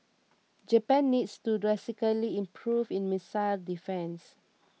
Japan needs to drastically improve its missile defence